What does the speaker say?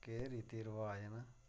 केह् रीति रवाज़ न